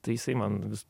tai jisai man vis